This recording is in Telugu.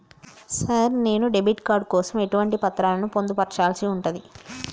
సార్ నేను డెబిట్ కార్డు కోసం ఎటువంటి పత్రాలను పొందుపర్చాల్సి ఉంటది?